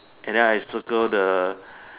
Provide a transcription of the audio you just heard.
and I circle the